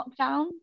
lockdown